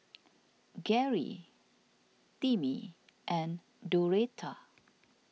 Garey Timmie and Doretta